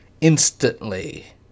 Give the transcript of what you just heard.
Instantly